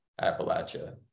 Appalachia